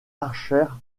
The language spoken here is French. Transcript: archer